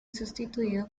sustituido